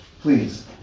Please